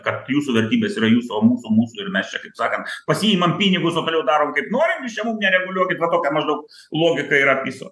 kad jūsų vertybės yra jūsų o mūsų mūsų ir mes čia kaip sakant pasiimam pinigus o toliau darom kaip norim jūs čia mum nereguliuokit va tokia maždaug logika yra piso